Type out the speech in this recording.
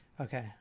Okay